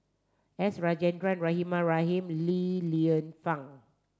S Rajendran Rahimah Rahim Li Lienfung